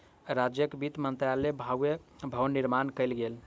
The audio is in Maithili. राज्यक वित्त मंत्रालयक भव्य भवन निर्माण कयल गेल